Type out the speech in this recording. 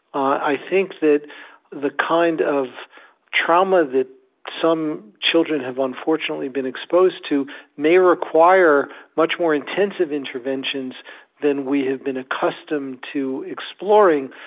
i think that the kind of trauma that some children have unfortunately been exposed to may require much more intensive interventions than we have been accustomed to exploring.